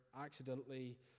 accidentally